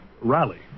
rally